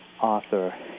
author